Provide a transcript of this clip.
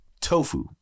tofu